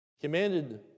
Commanded